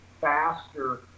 faster